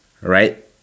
right